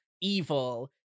evil